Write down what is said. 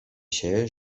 się